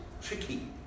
tricky